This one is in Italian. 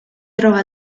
trova